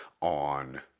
on